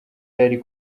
yari